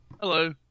Hello